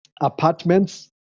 apartments